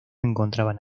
encontraban